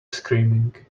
screaming